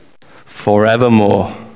forevermore